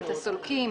סולקים,